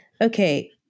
okay